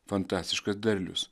fantastiškas derlius